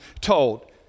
told